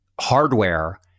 hardware